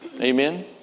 Amen